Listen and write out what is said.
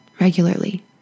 regularly